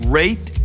rate